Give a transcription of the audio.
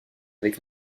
avec